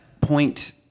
point